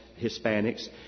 Hispanics